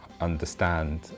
understand